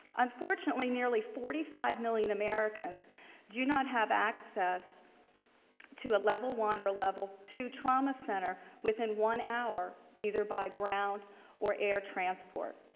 unfortunately, nearly forty five million americans do not have access to a level one or a level two trauma center within one hour either by ground or air transport.